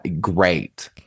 great